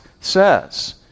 says